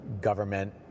government